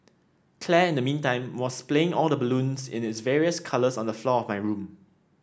Claire in the meantime was splaying all the balloons in its various colours on the floor of my room